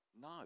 No